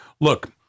Look